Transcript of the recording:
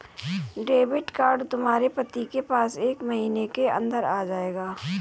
debit card तुम्हारे पति के पास एक महीने के अंदर आ जाएगा